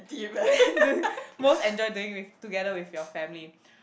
most enjoy doing with together with your family